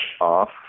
off